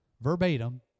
Verbatim